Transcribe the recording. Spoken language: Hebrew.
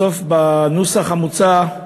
בסוף, בנוסח המוצע,